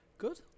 Good